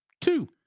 Two